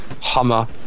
Hummer